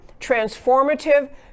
transformative